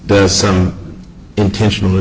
there's some intentional